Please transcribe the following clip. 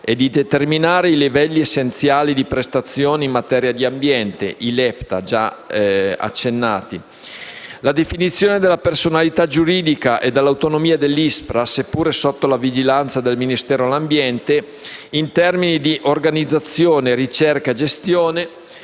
e di determinare i livelli essenziali di prestazione in materia di ambiente (i LEPTA, cui già si è accennato). La definizione della personalità giuridica e dell'autonomia dell'ISPRA, seppure sotto la vigilanza del Ministero dell'ambiente, in termini di organizzazione, ricerca e gestione;